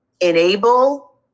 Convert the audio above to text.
enable